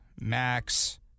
Max